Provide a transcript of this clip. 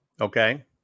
okay